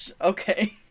Okay